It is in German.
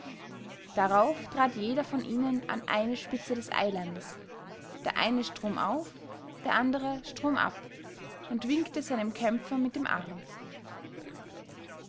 darauf trat jeder von ihnen an eine spitze des eilandes der eine stromauf der andere stromab und winkte seinem kämpfer mit dem arm